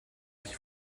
qu’il